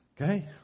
Okay